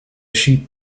sheep